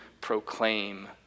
proclaim